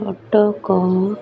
Cuttack